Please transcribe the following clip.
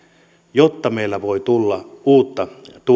jotta meillä voi tulla uutta